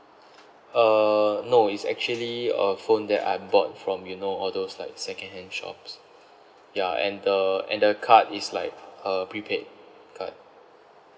uh no it's actually a phone that I bought from you know all those like secondhand shops ya and the and the card is like uh prepaid card